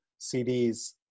CDs